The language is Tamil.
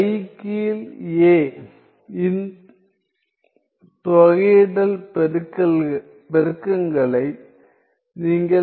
பை கீழ் a இன் தொகையிடல் பெருக்கங்களை நீங்கள் அறிவீர்கள்